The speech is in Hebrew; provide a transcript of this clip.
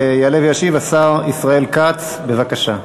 יעלה וישיב השר ישראל כץ, בבקשה.